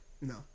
No